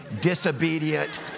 disobedient